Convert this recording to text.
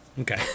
Okay